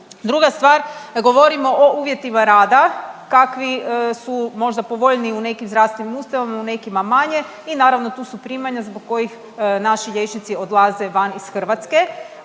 Druga stvar kad govorimo o uvjetima rada kakvi su možda povoljniji u nekim zdravstvenim ustanovama, u nekima manje i naravno tu su primanja zbog kojih naši liječnici odlaze van iz Hrvatske.